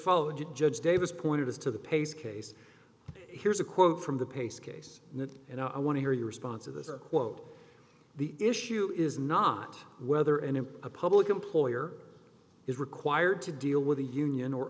follow it judge davis pointed us to the pace case here's a quote from the pace case and i want to hear your response of this quote the issue is not whether an in a public employer is required to deal with the union or